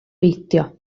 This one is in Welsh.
beidio